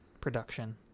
Production